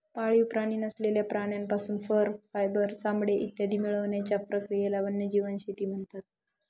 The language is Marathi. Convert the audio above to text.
पाळीव प्राणी नसलेल्या प्राण्यांपासून फर, फायबर, चामडे इत्यादी मिळवण्याच्या प्रक्रियेला वन्यजीव शेती म्हणतात